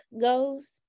goes